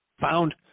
found